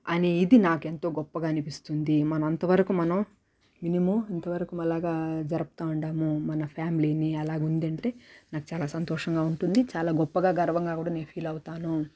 అనే ఇది నాకెంతో గొప్పగా అనిపిస్తుంది మనంత వరకు మనం మినిమం ఇంత వరకు అలాగ జరపతా ఉండాము మన ఫ్యామిలీని అలాగుందంటే నాకు చాలా సంతోషంగా ఉంటుంది చాలా గొప్పగా గర్వంగా నేను ఫీల్ అవుతాను